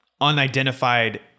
unidentified